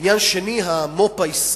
עניין שני, המו"פ הישראלי.